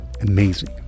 amazing